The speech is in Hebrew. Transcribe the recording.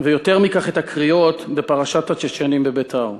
ויותר מכך כששמעתי את הקריאות בפרשת הצ'צ'נים ב"בית"ר".